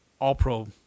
all-pro